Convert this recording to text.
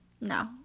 no